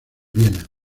viena